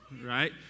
right